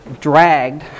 dragged